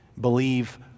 Believe